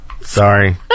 Sorry